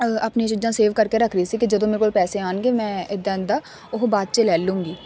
ਆਪਣੇ ਚੀਜ਼ਾਂ ਸੇਵ ਕਰਕੇ ਰੱਖ ਰਹੀ ਸੀ ਕਿ ਜਦੋਂ ਮੇਰੇ ਕੋਲ ਪੈਸੇ ਆਉਣਗੇ ਮੈਂ ਇੱਦਾਂ ਦਾ ਉਹ ਬਾਅਦ 'ਚ ਲੈ ਲਉਂਗੀ